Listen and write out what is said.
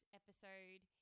episode